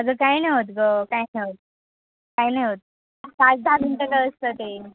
अगं काय नाही होत गं काय नाही होत काय नाही होत पाच दहा मिनटं तर असतं ते